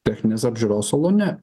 techninės apžiūros salone